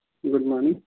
good morning